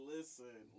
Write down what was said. Listen